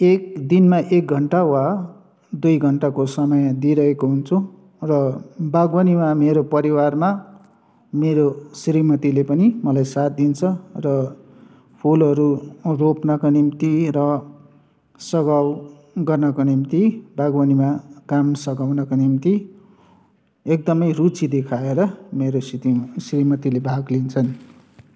एक दिनमा एक घन्टा वा दुई घन्टाको समय दिइरहेको हुन्छु र वागवानीमा मेरो परिवारमा मेरो श्रीमतीले पनि मलाई साथ दिन्छ र फुलहरू रोप्नका निम्ति र सघाउ गर्नका निम्ति वागवानीमा काम सगाउनका निम्ति एकदमै रुचि देखाएर मेरो सिरी श्रीमतीले भाग लिन्छन्